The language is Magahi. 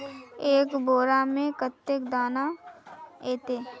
एक बोड़ा में कते दाना ऐते?